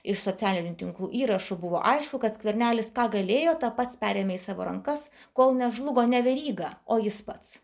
iš socialinių tinklų įrašų buvo aišku kad skvernelis ką galėjo tą pats perėmė į savo rankas kol nežlugo ne veryga o jis pats